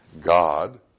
God